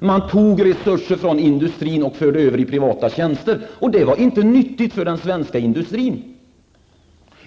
Man tog resurser från industrin och förde över dem till den privata tjänstesektorn. Det var inte nyttigt för den svenska industrin.